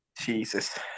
Jesus